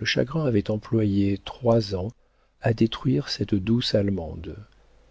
le chagrin avait employé trois ans à détruire cette douce allemande